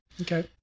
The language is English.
Okay